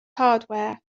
hardware